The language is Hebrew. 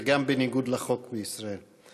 זה גם בניגוד לחוק בישראל.